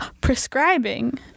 prescribing